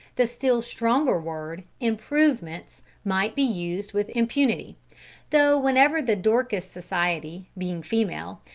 the still stronger word, improvements, might be used with impunity though whenever the dorcas society, being female,